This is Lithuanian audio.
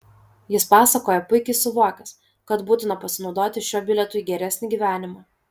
jis pasakoja puikiai suvokęs kad būtina pasinaudoti šiuo bilietu į geresnį gyvenimą